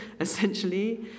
essentially